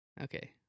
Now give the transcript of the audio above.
Okay